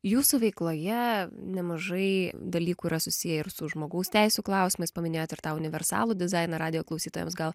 jūsų veikloje nemažai dalykų yra susiję ir su žmogaus teisių klausimais paminėjot ir tą universalų dizainą radijo klausytojams gal